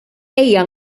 ejja